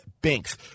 banks